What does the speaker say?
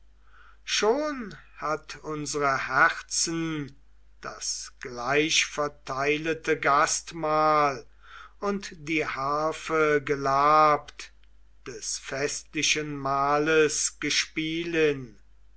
schon hat unsere herzen das gleichverteilete gastmahl und die harfe gelabt des festlichen mahles gespielin